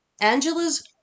Angela's